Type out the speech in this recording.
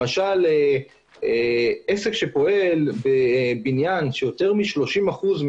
למשל עסק שפועל בבניין כאשר יו תר מ-30 אחוזים